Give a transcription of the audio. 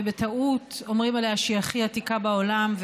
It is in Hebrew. ובטעות אומרים עליה שהיא הכי עתיקה בעולם,